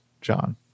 John